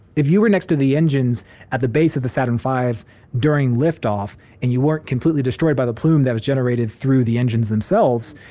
if you were next to the engines at the base of the saturn v during liftoff and you weren't completely destroyed by the plume that was generated through the engines themselves,